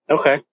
okay